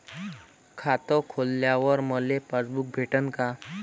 खातं खोलल्यावर मले पासबुक भेटन का?